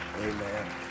Amen